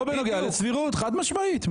לא בנוגע לסבירות, חד משמעית.